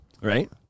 Right